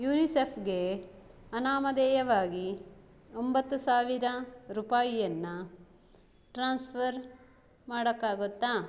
ಯುನಿಸೆಫ್ಗೆ ಅನಾಮಧೇಯವಾಗಿ ಒಂಬತ್ತು ಸಾವಿರ ರೂಪಾಯಿಯನ್ನು ಟ್ರಾನ್ಸ್ಫರ್ ಮಾಡೋಕ್ಕಾಗತ್ತಾ